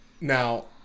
Now